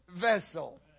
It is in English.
vessel